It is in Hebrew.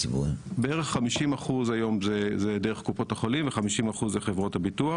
בערך 50% היום זה דרך קופות החולים ו-50% זה חברות הביטוח.